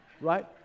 right